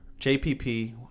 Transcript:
JPP